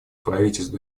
правительств